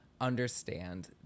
understand